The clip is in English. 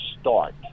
start